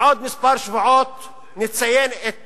בעוד כמה שבועות נציין את